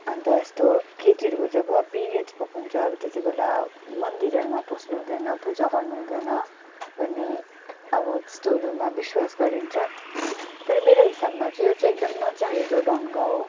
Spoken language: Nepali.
अन्त यस्तो केटीहरूको जब पिरियड्स भएको हुन्छ त्यतिबेला मन्दिरहरूमा पोस्नु हुँदैन पूजा गर्नु हुँदैन भन्ने अब त्यस्तोहरूमा विस्वास गरिन्छ तर मेरो हिसाबमा चाहिँ यो चाहिँ एकदम नचाहिँदो ढङ्ग हो